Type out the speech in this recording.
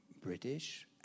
British